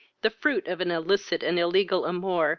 the fruit of an illicit and illegal amour,